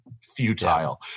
futile